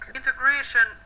integration